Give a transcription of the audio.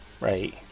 right